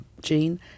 gene